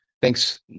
Thanks